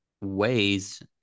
ways